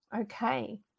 Okay